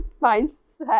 mindset